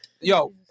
yo